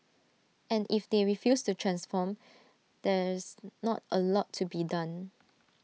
and if they refuse to transform there's not A lot to be done